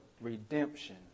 redemption